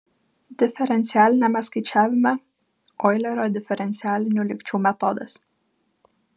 diferencialiniame skaičiavime oilerio diferencialinių lygčių metodas